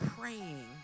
praying